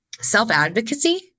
self-advocacy